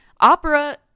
opera